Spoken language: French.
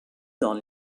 dans